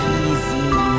easy